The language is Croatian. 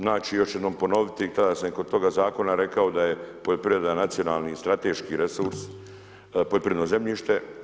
Znači još jednom ponoviti i tada sam i kod tog zakona rekao da je poljoprivreda nacionalni i strateški resurs poljoprivredno zemljište.